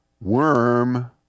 Worm